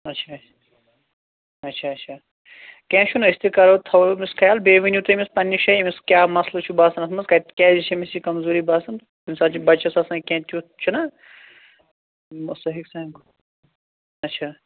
اچھا اچھا اچھا کیٚنٛہہ چھُنہٕ أسۍ تہِ کَرو تھاوو أمِس خیال بیٚیہِ ؤنِو تُہۍ أمِس پَننہِ جایہِ أمِس کیٛاہ مَسلہٕ چھُ باسَان اَتھ منٛز کَتہِ کیٛازِ یہِ چھِ أمِس یہِ کَمزوٗری باسَان کُنہِ ساتہٕ چھُ بَچَس آسان کینٛہہ تیُتھ چھُنا سُہ ہیٚکہِ سُہ اچھا